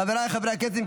חבריי חברי הכנסת,